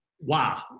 wow